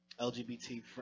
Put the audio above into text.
LGBT